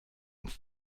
ins